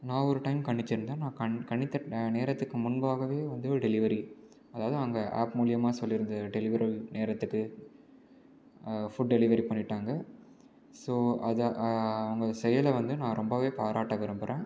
நான் ஒரு டைம் கணிச்சுருந்தேன் நான் கண் கணித்த நேரத்துக்கு முன்பாகவே வந்தது டெலிவரி அதாவது அங்கே ஆப் மூலயமா சொல்லியிருந்த டெலிவரி நேரத்துக்கு ஃபுட் டெலிவரி பண்ணிட்டாங்க ஸோ அதை அவங்க செயலை வந்து நான் ரொம்பவே பாராட்ட விரும்புகிறேன்